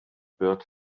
bird